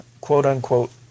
quote-unquote